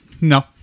no